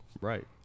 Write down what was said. Right